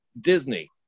disney